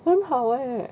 很好 leh